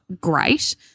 great